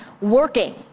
working